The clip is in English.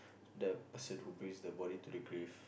the person who brings the body to the grave